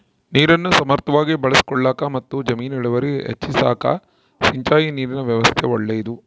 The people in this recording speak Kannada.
ನೀರನ್ನು ಸಮರ್ಥವಾಗಿ ಬಳಸಿಕೊಳ್ಳಾಕಮತ್ತು ಜಮೀನಿನ ಇಳುವರಿ ಹೆಚ್ಚಿಸಾಕ ಸಿಂಚಾಯಿ ನೀರಿನ ವ್ಯವಸ್ಥಾ ಒಳ್ಳೇದು